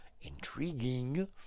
intriguing